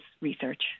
research